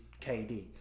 KD